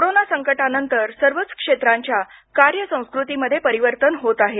corona संकटानंतर सर्वच क्षेत्राच्या कार्य संस्कृतीमध्ये परिवर्तन होत आहे